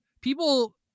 People